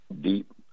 deep